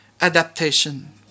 adaptation